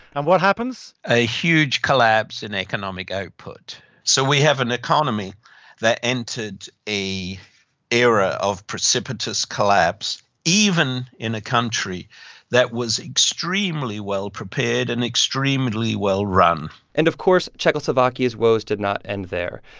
and what happens? a huge collapse in economic output so we have an economy that entered a era of precipitous collapse even in a country that was extremely well-prepared and extremely well-run and of course, czechoslovakia's woes did not end there.